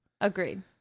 Agreed